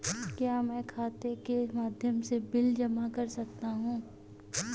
क्या मैं खाता के माध्यम से बिल जमा कर सकता हूँ?